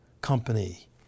company